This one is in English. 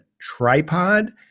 tripod